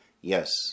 Yes